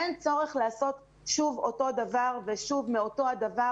אין צורך לעשות שוב אותו הדבר ושוב מאותו הדבר